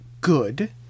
good